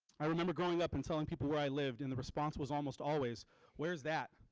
i remember growing up and telling people where i lived and the response was almost always where's that.